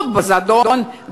או בזדון,